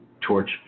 Torch